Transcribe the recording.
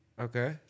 Okay